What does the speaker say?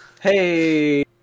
Hey